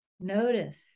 Notice